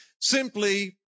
simply